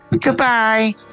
Goodbye